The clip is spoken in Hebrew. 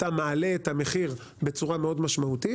אתה מעלה את המחיר בצורה מאוד משמעותית